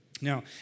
Now